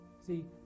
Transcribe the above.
see